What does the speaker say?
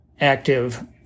active